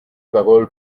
parole